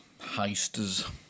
heisters